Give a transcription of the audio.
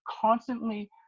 constantly